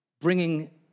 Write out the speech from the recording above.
bringing